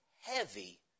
heavy